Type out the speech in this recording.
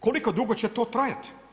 Koliko dugo će to trajati?